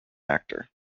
actor